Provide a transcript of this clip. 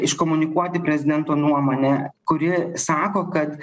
iškomunikuoti prezidento nuomonę kuri sako kad